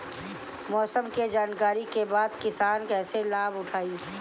मौसम के जानकरी के बाद किसान कैसे लाभ उठाएं?